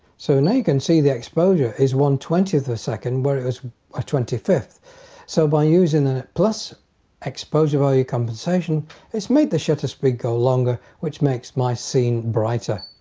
so now you can see the exposure is one twentieth second where it was one twenty fifth so by using that plus exposure value compensation it's made the shutter speed go longer which makes my scene brighter.